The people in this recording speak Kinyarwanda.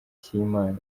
cy’imana